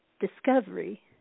discovery